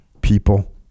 people